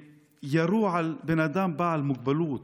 שירו על בן אדם בעל מוגבלות